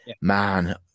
man